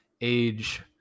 age